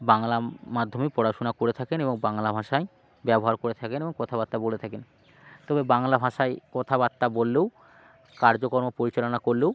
বাংলা মাধ্যমে পড়াশোনা করে থাকেন এবং বাংলা ভাষাই ব্যবহার করে থাকেন এবং কথাবার্তা বলে থাকেন তবে বাংলা ভাষায় কথাবার্তা বললেও কার্য কর্ম পরিচালনা করলেও